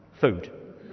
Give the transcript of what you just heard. Food